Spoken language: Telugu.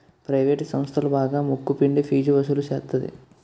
ప్రవేటు సంస్థలు బాగా ముక్కు పిండి ఫీజు వసులు సేత్తది